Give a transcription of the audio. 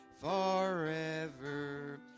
forever